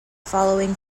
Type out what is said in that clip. following